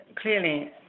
clearly